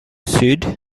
sud